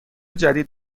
جدید